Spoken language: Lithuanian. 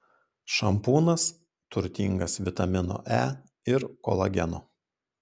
šampūnas turtingas vitamino e ir kolageno